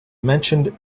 mentioned